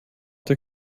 der